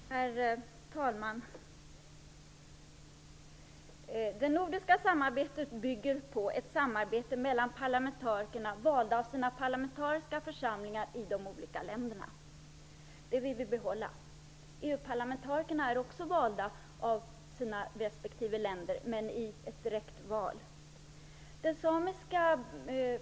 Herr talman! Det nordiska samarbetet bygger på samarbete mellan parlamentariker valda av sina parlamentariska församlingar i de olika länderna. Det vill vi behålla. EU-parlamentarikerna är också valda av sina respektive länder, men i ett direkt val.